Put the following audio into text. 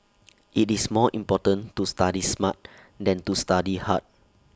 IT is more important to study smart than to study hard